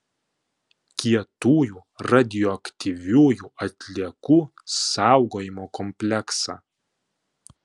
kietųjų radioaktyviųjų atliekų saugojimo kompleksą